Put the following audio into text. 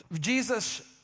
Jesus